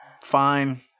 Fine